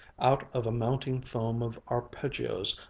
out of a mounting foam of arpeggios,